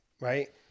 right